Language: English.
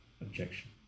objection